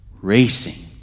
racing